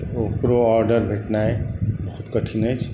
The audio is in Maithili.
तँ ओकरो औडर भेटनाइ बहुत कठिन अछि